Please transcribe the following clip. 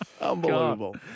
Unbelievable